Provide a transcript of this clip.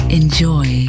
enjoy